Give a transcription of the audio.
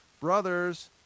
Brothers